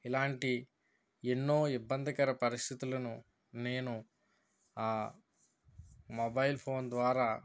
ఇలాంటి ఎన్నో ఇబ్బందికర పరిస్థితులను నేను ఆ మొబైల్ ఫోన్ ద్వారా